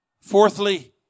Fourthly